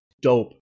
dope